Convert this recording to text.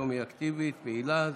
היום היא אקטיבית, פעילה.